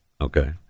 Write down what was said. okay